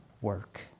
work